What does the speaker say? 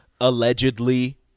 allegedly